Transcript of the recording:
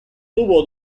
tuvo